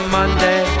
Monday